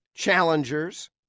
Challengers